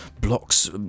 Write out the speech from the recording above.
blocks